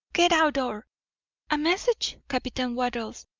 get out, or a message, captain wattles!